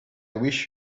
wish